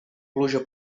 pluja